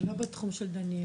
זה לא בתחום של דניאל,